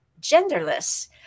genderless